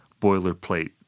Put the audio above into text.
boilerplate